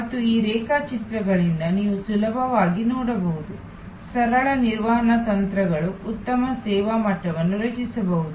ಮತ್ತು ಈ ರೇಖಾಚಿತ್ರಗಳಿಂದ ನೀವು ಸುಲಭವಾಗಿ ನೋಡಬಹುದು ಸರಳ ನಿರ್ವಹಣಾ ತಂತ್ರಗಳು ಉತ್ತಮ ಸೇವಾ ಮಟ್ಟವನ್ನು ರಚಿಸಬಹುದು